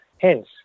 Hence